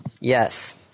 Yes